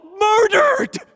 murdered